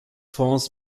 fonds